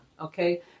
okay